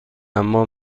اما